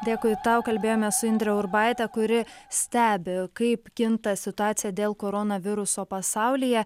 dėkui tau kalbėjome su indre urbaite kuri stebi kaip kinta situacija dėl koronaviruso pasaulyje